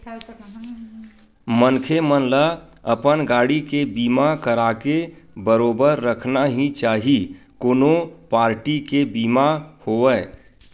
मनखे मन ल अपन गाड़ी के बीमा कराके बरोबर रखना ही चाही कोनो पारटी के बीमा होवय